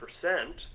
percent